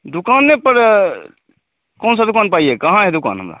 दुकान पर कौन से दुकान पर आइए कहाँ है दुकान हमारा